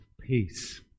peace